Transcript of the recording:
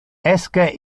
esque